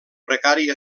precari